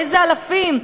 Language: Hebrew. איזה אלפים?